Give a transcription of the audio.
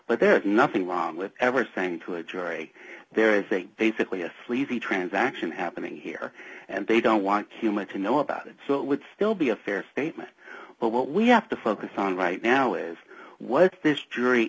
but there's nothing wrong with ever saying to a jury there is a basically a sleazy transaction happening here and they don't want humans to know about it so it would still be a fair statement but what we have to focus on right now is what this jury